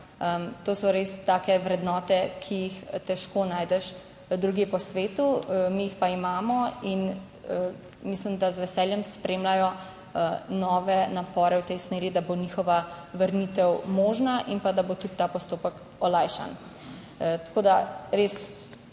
to so res take vrednote, ki jih težko najdeš drugje po svetu, mi jih pa imamo. In mislim, da z veseljem spremljajo nove napore v tej smeri, da bo njihova vrnitev možna in da bo tudi ta postopek olajšan. Tako bo